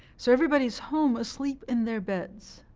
so everybody's home asleep in their beds.